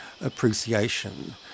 appreciation